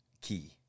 key